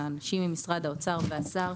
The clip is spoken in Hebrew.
האנשים ממשרד האוצר והשר,